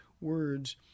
words